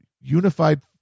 unified